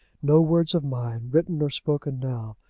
no words of mine, written or spoken now,